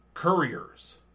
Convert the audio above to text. Couriers